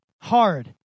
hard